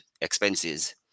expenses